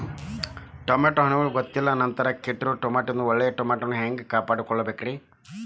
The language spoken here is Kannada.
ಟಮಾಟೋ ಹಣ್ಣುಗಳನ್ನ ಗೊತ್ತಿಲ್ಲ ನಂತರ ಕೆಟ್ಟಿರುವ ಟಮಾಟೊದಿಂದ ಒಳ್ಳೆಯ ಟಮಾಟೊಗಳನ್ನು ಹ್ಯಾಂಗ ಕಾಪಾಡಿಕೊಳ್ಳಬೇಕರೇ?